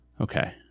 Okay